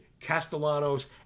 Castellanos